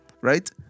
right